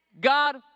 God